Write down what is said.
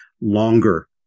longer